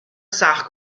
سخت